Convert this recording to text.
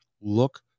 look